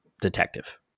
detective